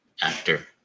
actor